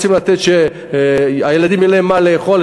רוצים לתת לילדים שאין להם מה לאכול,